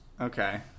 Okay